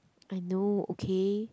I know okay